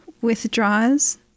withdraws